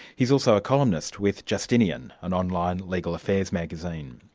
he's also a columnist with justinian, an online legal affairs magazine.